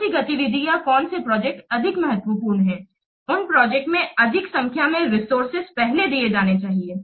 कौन सी गतिविधि या कौन से प्रोजेक्ट अधिक महत्वपूर्ण है उन प्रोजेक्ट में अधिक संख्या में रिसोर्सेज पहले दिए जाने चाहिए